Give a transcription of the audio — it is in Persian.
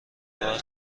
بار